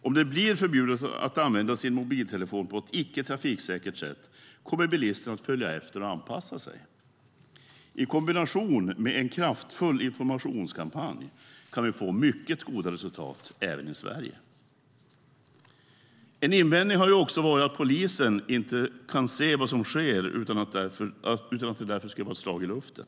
Om det blir förbjudet att använda sin mobiltelefon på ett icke trafiksäkert sätt kommer bilisterna att följa efter och anpassa sig. I kombination med en kraftfull informationskampanj kan vi få mycket goda resultat även i Sverige. En invändning har varit att polisen inte kan se vad som sker och att en lagstiftning därför skulle vara ett slag i luften.